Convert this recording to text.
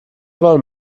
wollen